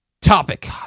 Topic